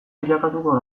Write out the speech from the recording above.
bilakatu